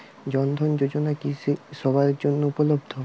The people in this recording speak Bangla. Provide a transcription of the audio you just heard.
জন ধন যোজনা কি সবায়ের জন্য উপলব্ধ?